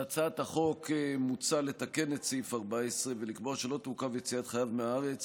בהצעת החוק מוצע לתקן את סעיף 14 ולקבוע שלא תעוכב יציאת חייב מהארץ